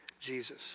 Jesus